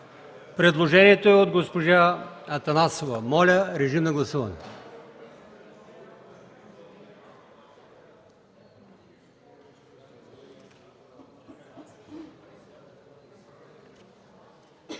Предложението е от госпожа Атанасова. Моля, гласувайте.